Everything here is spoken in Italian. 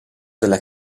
della